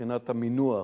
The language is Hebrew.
מבחינת המינוח.